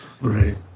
right